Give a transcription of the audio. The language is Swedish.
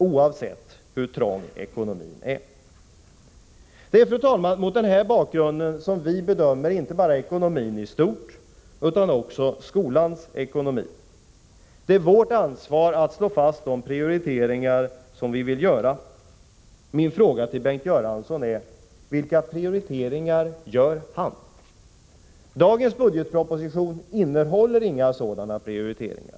Det är, fru talman, med den här grundsynen som vi bedömer såväl ekonomin i stort som skolans ekonomi. Det är vårt ansvar att slå fast de prioriteringar som vi vill göra. Min fråga till Bengt Göransson blir: Vilka Prioriteringar gör Bengt Göransson? Dagens budgetproposition innehåller inga sådana prioriteringar.